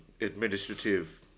administrative